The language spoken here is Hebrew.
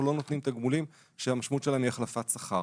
לא נותנים תגמולים שהמשמעות שלהם היא החלפת שכר.